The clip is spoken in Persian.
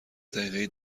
دقیقه